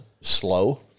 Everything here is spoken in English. slow